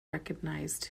recognized